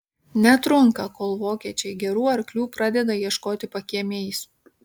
netrunka kol vokiečiai gerų arklių pradeda ieškoti pakiemiais